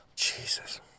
Jesus